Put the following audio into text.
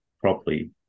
properly